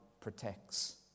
protects